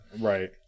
Right